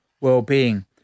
well-being